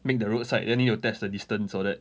make the roadside then you'll test the distance all that